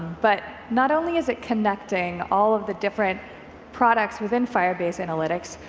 but not only is it connecting all of the different products within firebase analytics,